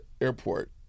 airport